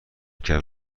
کرد